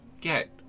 get